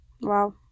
Wow